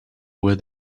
were